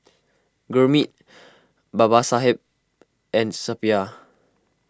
Gurmeet Babasaheb and Suppiah